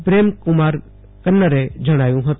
પ્રેમ કુમાર કન્નરે જણાવ્યું હતું